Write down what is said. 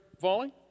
falling